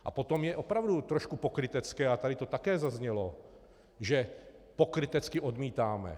A potom je opravdu trošku pokrytecké a tady to taky zaznělo že pokrytecky odmítáme.